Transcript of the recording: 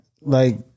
Like-